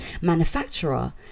manufacturer